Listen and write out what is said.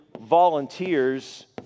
volunteers